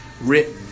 written